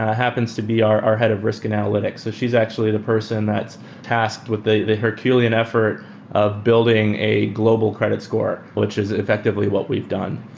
happens to be our our head of risk in analytics. she's actually the person that tasked with the the herculean effort of building a global credit score, which is effectively what we've done.